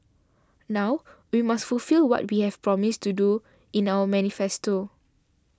now we must fulfil what we have promised to do in our manifesto